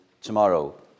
tomorrow